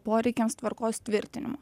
poreikiams tvarkos tvirtinimu